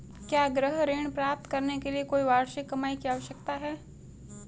क्या गृह ऋण प्राप्त करने के लिए कोई वार्षिक कमाई की आवश्यकता है?